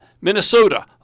Minnesota